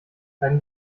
seine